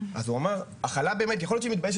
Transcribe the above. אז הוא אמר החלה באמת יכול להיות שהיא מתביישת,